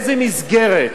לאיזו מסגרת?